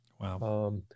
Wow